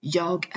jag